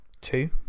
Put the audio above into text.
Two